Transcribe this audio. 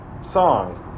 song